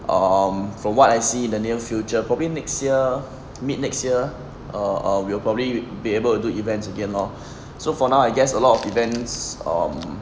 um from what I see in the near future probably next year mid next year err err we'll probably be able to do events again lor so for now I guess a lot of events or